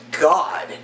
God